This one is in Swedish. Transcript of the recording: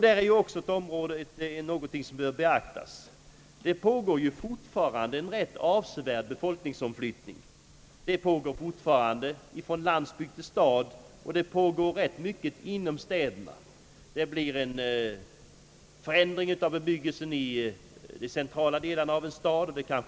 Det är något som bör beaktas också med hänsyn till att det ju fortfarande pågår en avsevärd befolkningsomflyttning inte bara från landsbygd till stad utan även inom städerna. Bebyggelsen i de centrala delarna av en stad förändras.